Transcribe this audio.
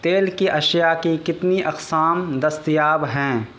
تیل کی اشیاء کی کتنی اقسام دستیاب ہیں